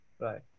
Right